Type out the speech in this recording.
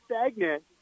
stagnant